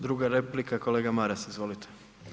Druga replika kolega Maras, izvolite.